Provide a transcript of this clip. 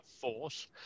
force